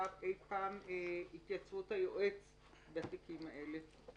אי פעם התייצבות היועץ המשפטי לממשלה בתיקים האלה?